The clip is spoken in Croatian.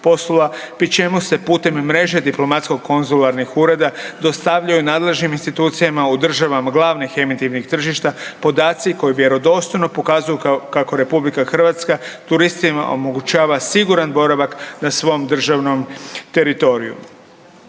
poslova pri čemu se putem mreže diplomatsko konzularnih ureda dostavljaju nadležnim institucijama u državama glavnih emitivnih tržišta podaci koji vjerodostojno pokazuju kako RH turistima omogućava siguran boravak na svom državnom teritoriju.